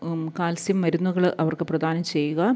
calcium മരുന്നുകൾ അവർക്ക് പ്രദാനം ചെയ്യുക